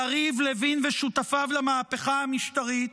יריב לוין ושותפיו למהפכה המשטרית,